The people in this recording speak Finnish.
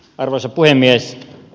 arvoisa puhemies